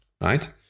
right